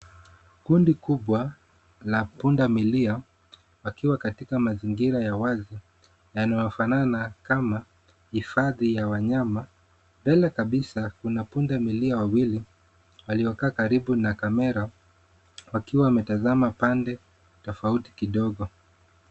Kundi kubwa la pundamilia wakiwa katika mazingira ya wazi yanayofanana na hifadhi ya wanyama. Mbele kabisa kuna punda milia wawili waliokaa karibu na kamera wakiwa wanatazama pande tofauti kidogo.